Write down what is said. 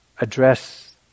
address